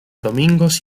domingos